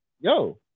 Yo